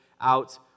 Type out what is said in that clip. out